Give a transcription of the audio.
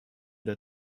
der